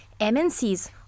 MNCs